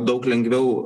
daug lengviau